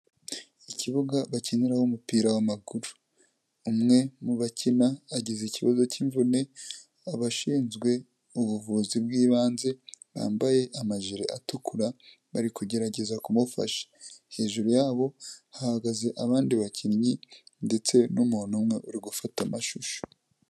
Ikibuga bakiniraho umupira w'amaguru, umwe mu bakina agize ikibazo k'imvune abashinzwe ubuvuzi bw'ibanze bambaye amajire atukura bari kugerageza kumufasha, hejuru yabo hahagaze abandi bakinnyi ndetse n'umuntu umwe uri gufata amashusho.